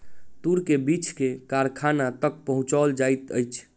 तूर के बीछ के कारखाना तक पहुचौल जाइत अछि